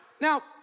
Now